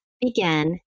begin